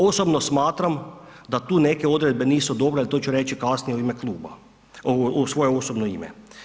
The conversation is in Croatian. Osobno smatram da tu neke odredbe nisu dobre, to ću reći kasnije u ime kluba u svoje osobno ime.